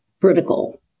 critical